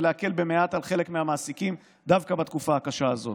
ולהקל במעט על חלק מהמעסיקים דווקא בתקופה הקשה הזאת.